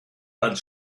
als